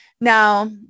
Now